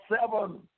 seven